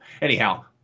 Anyhow